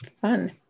Fun